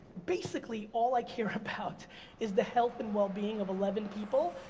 basically, all i care about is the health and well being of eleven people.